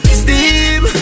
steam